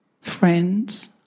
friends